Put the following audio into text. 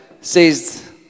says